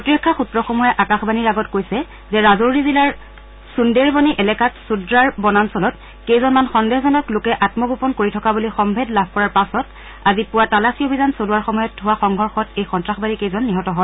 প্ৰতিৰক্ষা সূত্ৰসমূহে আকাশবাণীৰ আগত কৈছে যে ৰাজৌৰি জিলাৰ সুন্দেৰবনি এলেকাত চোদ্ৰাৰ বনাঞ্চলত কেইজনমান সন্দেহজনক লোকে আম্মগোপন কৰি থকা বুলি সম্ভেদ লাভ কৰাৰ পাছত আজি পুৱা তালাচী অভিযান চলোৱাৰ সময়ত হোৱা সংঘৰ্ষত এই সন্ত্ৰাসবাদীকেইজন নিহত হয়